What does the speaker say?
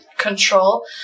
control